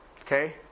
Okay